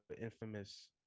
Infamous